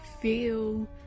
feel